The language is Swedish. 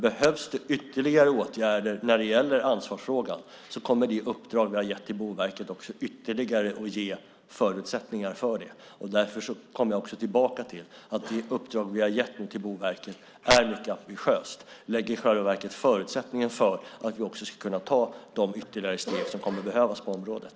Behövs det ytterligare åtgärder när det gäller ansvarsfrågan kommer det uppdrag som vi har gett till Boverket att ge ytterligare förutsättningar för det. Därför kommer jag tillbaka till att det uppdrag som vi nu har gett till Boverket är mycket ambitiöst. Det ger i själva verket förutsättningen för att ta de ytterligare steg som kommer att behövas på området.